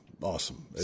Awesome